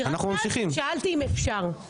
אני אישה שמדברת דברי טעם על דברים שהיו כאן.